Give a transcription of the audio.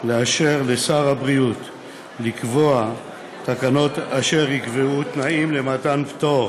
לאשר לשר הבריאות לקבוע תקנות אשר יקבעו תנאים למתן פטור